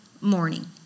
morning